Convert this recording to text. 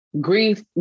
grief